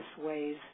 ways